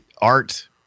art